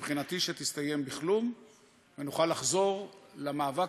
מבחינתי שתסתיים בכלום ונוכל לחזור למאבק